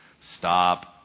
Stop